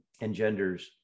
engenders